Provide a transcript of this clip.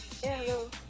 hello